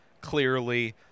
clearly